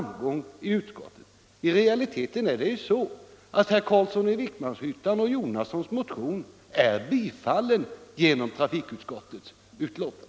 117 I realiteten är det så att herr Carlssons i Vikmanshyttan och herr Jonassons motion är tillstyrkt genom trafikutskottets betänkande.